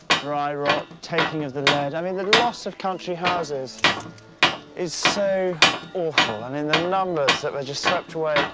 dry rot, taking of the lead, i mean the loss of country houses is so awful. i mean the numbers that were just swept away,